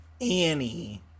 Annie